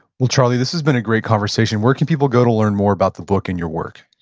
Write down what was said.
we'll charlie, this has been a great conversation. where can people go to learn more about the book and your work?